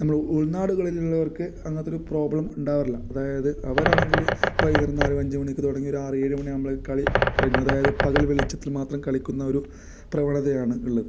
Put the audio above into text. നമ്മൾ ഉൾനാടുകളിലുള്ളവർക്ക് അങ്ങനത്തൊരു പ്രോബ്ലം ഉണ്ടാകാറില്ല അതായത് അവരാണെങ്കിൽ വൈകുന്നേരം നാല് ഒരഞ്ചു മണിക്ക് തുടങ്ങി ഒരാറ് ഏഴു മണി ആകുമ്പോഴേക്ക് കളി കഴിഞ്ഞു അതായത് പകൽ വെളിച്ചത്തിൽ മാത്രം കളിക്കുന്ന ഒരു പ്രവണതയാണ് ഉള്ളത്